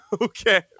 Okay